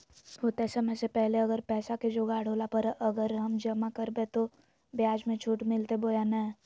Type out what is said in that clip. होतय समय से पहले अगर पैसा के जोगाड़ होला पर, अगर हम जमा करबय तो, ब्याज मे छुट मिलते बोया नय?